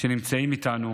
שנמצאים איתנו